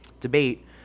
debate